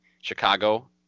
Chicago